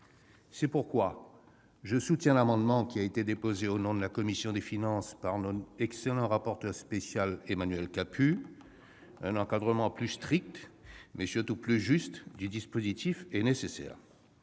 raison pour laquelle je soutiens l'amendement déposé au nom de la commission des finances par notre excellent rapporteur spécial Emmanuel Capus. Très bien ! Un encadrement plus strict, mais surtout plus juste, du dispositif est nécessaire.